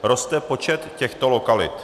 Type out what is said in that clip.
Roste počet těchto lokalit.